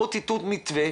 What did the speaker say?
בואו תיתנו מתווה,